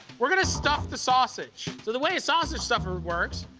we're gonna stuff the sausage. so the way a sausage stuffer works,